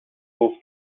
گفت